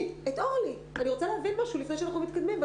רוצה להבין לפני שאנחנו מתקדמים.